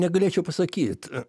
negalėčiau pasakyt